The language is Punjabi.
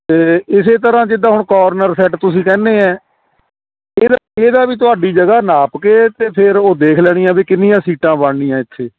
ਅਤੇ ਇਸੇ ਤਰ੍ਹਾਂ ਜਿੱਦਾਂ ਹੁਣ ਕੋਰਨਰ ਸੈੱਟ ਤੁਸੀਂ ਕਹਿੰਦੇ ਹੈ ਇਹਦਾ ਇਹਦਾ ਵੀ ਤੁਹਾਡੀ ਜਗ੍ਹਾ ਨਾਪ ਕੇ ਅਤੇ ਫਿਰ ਉਹ ਦੇਖ ਲੈਣੀ ਆ ਵੀ ਕਿੰਨੀਆਂ ਸੀਟਾਂ ਬਣਨੀਆਂ ਇੱਥੇ